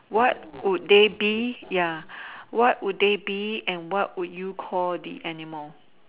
what would they be ya what would they be and what would you call the animal